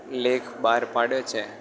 લેખ બહાર પાડ્યો છે